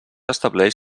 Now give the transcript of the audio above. estableix